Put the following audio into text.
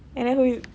and then who you